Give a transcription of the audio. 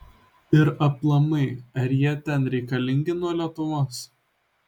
ir aplamai ar jie ten reikalingi nuo lietuvos